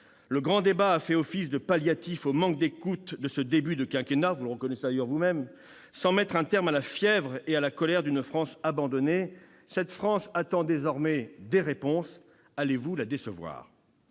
Le grand débat a fait office de palliatif au manque d'écoute de ce début de quinquennat- vous le reconnaissez d'ailleurs vous-même -sans mettre un terme à la fièvre et à la colère d'une France abandonnée. Cette France attend désormais des réponses. Allez-vous la décevoir ?